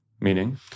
Meaning